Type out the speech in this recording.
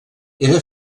era